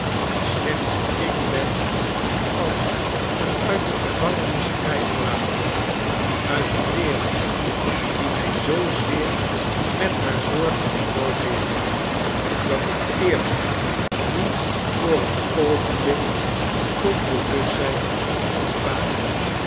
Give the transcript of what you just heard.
slechts ik ben als een uit de gevangenis vrijgelatene uit een wereld die mij zoozeer met haar zorgen gedood heeft dat ik eerst nu voor een oogenblik tot bewustzijn ontwaak